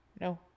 No